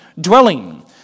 dwelling